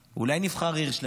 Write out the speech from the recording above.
אולי נבחר עיר שלמה.